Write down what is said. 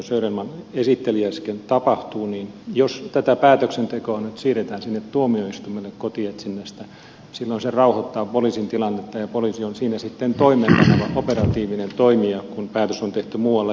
söderman esitteli äsken tapahtuu niin jos tätä päätöksentekoa nyt siirretään sinne tuomioistuimelle kotietsinnästä silloin se rauhoittaa poliisin tilannetta ja poliisi on siinä sitten toimeenpaneva operatiivinen toimija kun päätös on tehty muualla